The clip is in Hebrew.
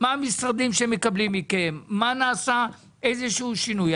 מה המשרדים מקבלים מכם, מה נעשה, איזה שהוא שינוי.